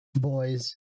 Boys